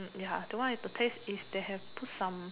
ya that one is the taste is they have put some